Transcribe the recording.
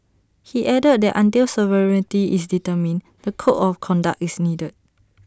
he added that until sovereignty is determined the code of conduct is needed